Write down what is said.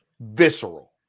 Visceral